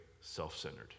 self-centered